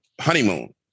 honeymoon